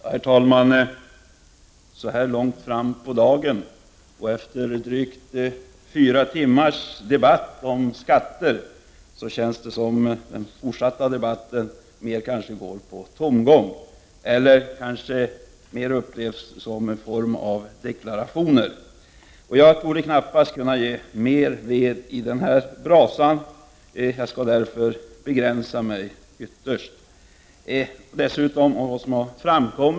Herr talman! Så här långt fram på dagen och efter drygt fyra timmars debatt om skatter känns det som om den fortsatta debatten mest går på tomgång — eller kanske mer upplevs som en form av deklarationer. Dessutom verkar vi av vad som har framkommit vara i stora delar överens, framför allt överens om behovet av förändring.